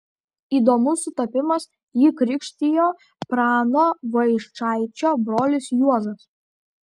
įdomus sutapimas jį krikštijo prano vaičaičio brolis juozas